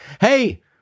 hey